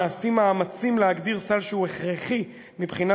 נעשים מאמצים להגדיר סל שהוא הכרחי מבחינה